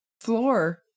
floor